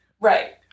Right